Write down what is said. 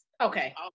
okay